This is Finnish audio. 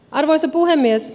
arvoisa puhemies